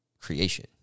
creation